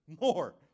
More